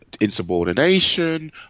insubordination